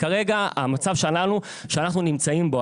כרגע המצב שאנחנו נמצאים בו,